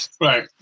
Right